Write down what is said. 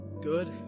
Good